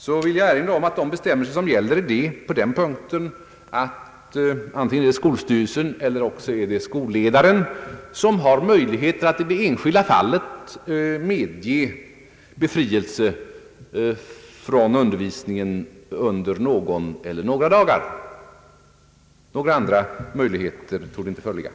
Jag vill erinra om att de bestämmelser som gäller på denna punkt innebär att det antingen är skolstyrelsen eller skolledaren som har möjlighet att i det enskilda fallet medge befrielse från undervisningen under någon eller några dagar. Några andra möjligheter torde inte föreligga.